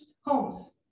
homes